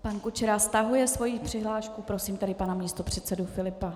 Pan Kučera stahuje svoji přihlášku, prosím tedy pana místopředsedu Filipa.